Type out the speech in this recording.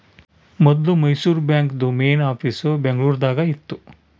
ಮೊದ್ಲು ಮೈಸೂರು ಬಾಂಕ್ದು main office Bengaluru ದಾಗ ಇತ್ತು